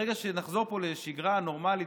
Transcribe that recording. ברגע שנחזור פה לשגרה נורמלית,